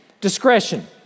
Discretion